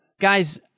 guys